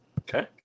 Okay